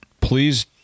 please